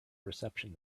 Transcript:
reception